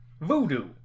Voodoo